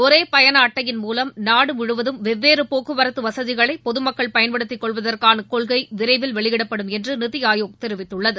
ஒரே பயண அட்டையின் மூலம் நாடுமுழுவதும் வெவ்வேறு போக்குவரத்து வசதிகளை பொதுமக்கள் பயன்படுத்திக் கொள்வதற்கான கொள்கை விரைவில் வெளியிடப்படும் என்று நீத்தி ஆயோக் தெரிவித்துள்ளது